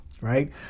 Right